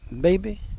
baby